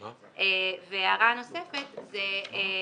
לאומי קארד באמצעות פקיד 11.5 שקלים,